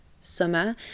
summer